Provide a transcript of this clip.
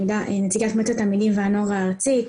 נציגת מועצת התלמידים והנוער הארצית,